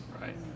right